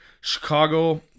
Chicago